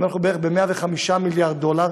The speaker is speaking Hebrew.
היום אנחנו בערך ב-105 מיליארד דולר,